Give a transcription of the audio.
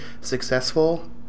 successful